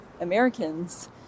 Americans